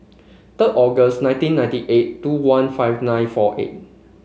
third August nineteen ninety eight two one five nine four eight